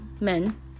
men